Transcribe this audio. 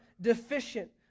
deficient